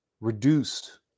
reduced